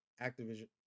Activision